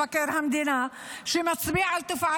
כללי תשלם והמדינה תשלם עבור הבעיה